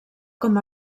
com